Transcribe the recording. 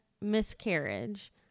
miscarriage